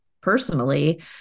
personally